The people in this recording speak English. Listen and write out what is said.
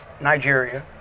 nigeria